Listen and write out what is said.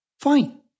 fine